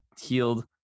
healed